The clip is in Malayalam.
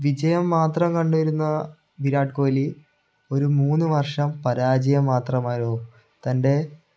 വിജയം മാത്രം കണ്ട് വരുന്ന വീരാട് കോഹ്ലി ഒരു മൂന്ന് വർഷം പരാജയം മാത്രമായിരുന്നു തൻ്റെ